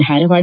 Dharwad